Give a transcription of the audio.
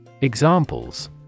Examples